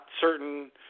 certain